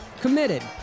committed